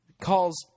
calls